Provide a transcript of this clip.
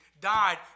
died